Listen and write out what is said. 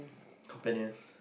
companion